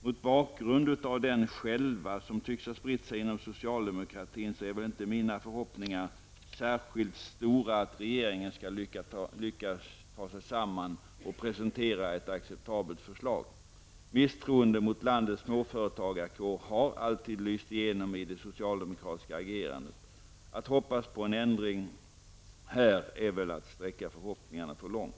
Mot bakgrund av den skälva som tycks ha spritt sig inom socialdemokratin är väl inte mina förhoppningar särskilt stora att regeringen skall lyckas ta sig samman och presentera ett acceptabelt förslag. Misstroendet mot landets småföretagarkår har alltid lyst igenom i det socialdemokratiska agerandet. Att hoppas på en ändring i detta sammanhang är väl att sträcka förhoppningarna för långt.